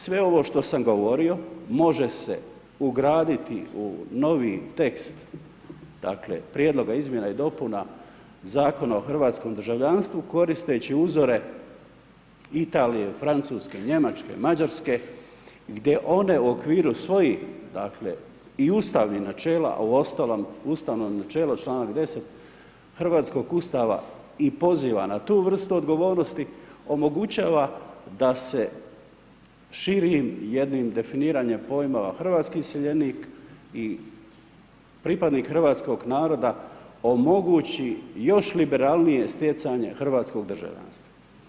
Sve ovo što sam govorio može se ugraditi u novi tekst prijedloga i izmjena Zakona o hrvatskom državljanstvu, koristeći uzore Italije, Francuske, Njemačke, Mađarske, gdje one u okviru, svojih, dakle, i Ustavnih načela, a i uostalom, Ustavno načelo, čl. 10. hrvatskog Ustava i poziva na tu vrstu odgovornosti, omogućava da se širi jednim definiranjem pojmova hrvatski iseljenik i pripadnik hrvatskog naroda omogući još liberalnije stjecanje hrvatskog državljanstva.